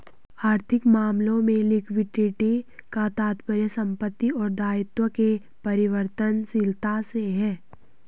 आर्थिक मामलों में लिक्विडिटी का तात्पर्य संपत्ति और दायित्व के परिवर्तनशीलता से है